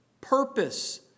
purpose